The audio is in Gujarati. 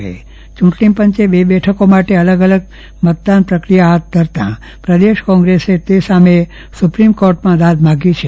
યુંટણીપંચે બે બેઠકો માટે અલગ અલગ મતદાન પ્રક્રિયા હાથ ધરતા પ્રદેશ કોંગ્રેસે તે માટે સુપ્રીમ કોર્ટમાં દાદ માંગી છે